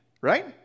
right